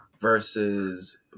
versus –